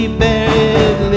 buried